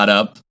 up